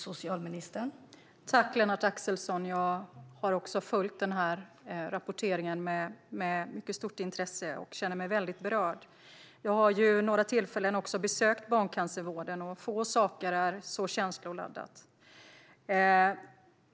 Fru talman! Jag tackar Lennart Axelsson för frågan. Jag har också följt denna rapportering med mycket stort intresse och känner mig mycket berörd. Vid några tillfällen har jag besökt barncancervården, och få saker är så känsloladdade.